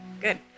good